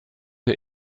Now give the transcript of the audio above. der